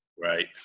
Right